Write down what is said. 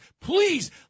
Please